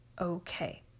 okay